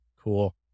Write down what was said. cool